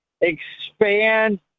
expand